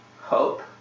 hope